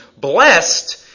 blessed